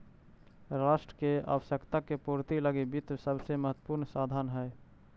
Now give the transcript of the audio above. राष्ट्र के आवश्यकता के पूर्ति लगी वित्त सबसे महत्वपूर्ण साधन हइ